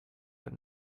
but